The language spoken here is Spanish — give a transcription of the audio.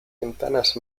ventanas